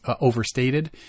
overstated